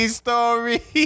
story